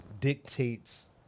dictates